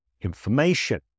information